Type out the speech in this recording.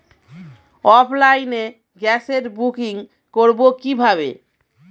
অফলাইনে গ্যাসের বুকিং করব কিভাবে?